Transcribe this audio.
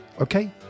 Okay